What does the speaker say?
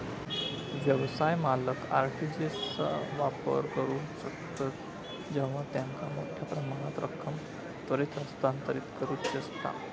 व्यवसाय मालक RTGS वापरू शकतत जेव्हा त्यांका मोठ्यो प्रमाणात रक्कम त्वरित हस्तांतरित करुची असता